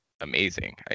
amazing